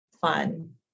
fun